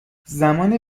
زمان